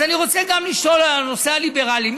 אז אני רוצה לשאול על הנושא הליברלי.